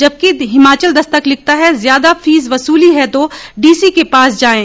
जबकि हिमाचल दस्तक लिखता है ज्यादा फीस वसूली है तो डीसी के पास जाएं